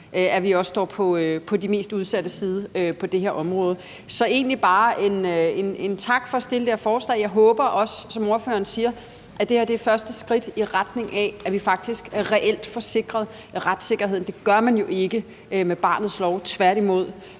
at vi står på de mest udsattes side på det her område. Så det er egentlig bare en tak for at fremsætte det her forslag, og jeg håber også, at det her, som ordføreren også siger, er et første skridt i retning af, at vi faktisk reelt får sikret retssikkerheden. Det gør man jo ikke med barnets lov, tværtimod.